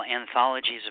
anthologies